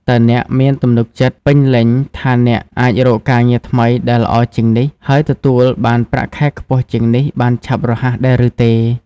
តើអ្នកមានទំនុកចិត្តពេញលេញថាអ្នកអាចរកការងារថ្មីដែលល្អជាងនេះ ហើយទទួលបានប្រាក់ខែខ្ពស់ជាងនេះ បានឆាប់រហ័ស ដែរឬទេ?